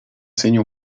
segno